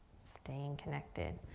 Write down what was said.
staying connected.